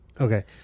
okay